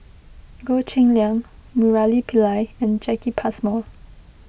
Goh Cheng Liang Murali Pillai and Jacki Passmore